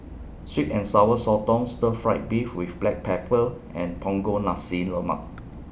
Sweet and Sour Sotong Stir Fried Beef with Black Pepper and Punggol Nasi Lemak